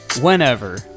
whenever